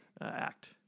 act